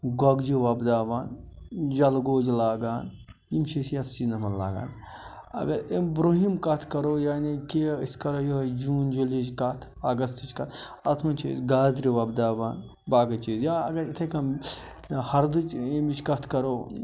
گۄگجہٕ وۄبداوان جلگوزٕ لاگان یِم چھِ أسۍ یَتھ سِیٖزنس منٛز لاگان اگر امہِ برٛوہِم کَتھ کَرو یعنی کہِ أسۍ کَرو یُہے جوٗن جلیِچ کَتھ اگستٕچ کَتھ اَتھ منٛز چھِ أسۍ گازرِ وۄبداوان باقٕے چیٖز یا اگر یِتھَے کٔنۍ ہردٕچ ییٚمِچ کتھ کَرو